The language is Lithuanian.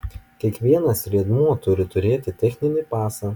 kiekvienas riedmuo turi turėti techninį pasą